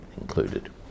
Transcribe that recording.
included